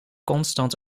constant